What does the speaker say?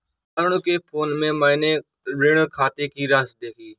अरुण के फोन में मैने ऋण खाते की राशि देखी